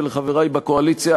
לחברי בקואליציה,